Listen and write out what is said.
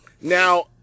Now